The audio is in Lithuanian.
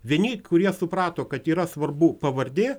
vieni kurie suprato kad yra svarbu pavardė